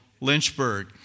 Lynchburg